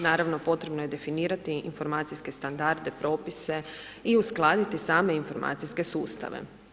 Naravno, potrebno je definirati informacijske standarde i propise i uskladiti same informacijske sustave.